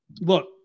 look